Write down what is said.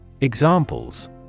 Examples